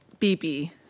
BB